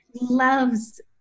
loves